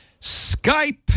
Skype